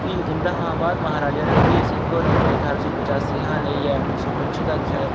भी इं'दे हा बाद म्हाराजा रणवीर सिंह होर औंदे ठारां सौ पचासी शा लेइयै उ'न्नी सौ पच्ची तक शायद